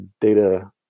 data